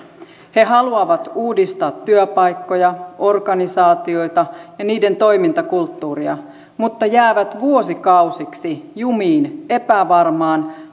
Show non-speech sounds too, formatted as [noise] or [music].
he haluavat uudistaa työpaikkoja organisaatioita ja niiden toimintakulttuuria mutta jäävät vuosikausiksi jumiin epävarmaan [unintelligible]